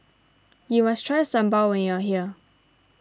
you must try Sambal when you are here